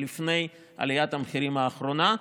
לפני עליית המחירים האחרונה.